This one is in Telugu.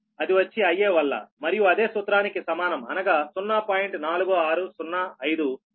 అది వచ్చి Ia వల్ల మరియు అదే సూత్రానికి సమానం అనగా 0